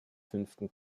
fünften